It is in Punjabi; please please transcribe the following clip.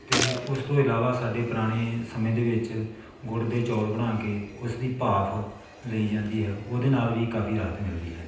ਅਤੇ ਉਸ ਤੋਂ ਇਲਾਵਾ ਸਾਡੇ ਪੁਰਾਣੇ ਸਮੇਂ ਦੇ ਵਿੱਚ ਗੁੜ ਦੇ ਚੌਲ ਬਣਾ ਕੇ ਉਸ ਦੀ ਭਾਫ਼ ਲਈ ਜਾਂਦੀ ਹੈ ਉਹਦੇ ਨਾਲ ਵੀ ਕਾਫ਼ੀ ਰਾਹਤ ਮਿਲਦੀ ਹੈ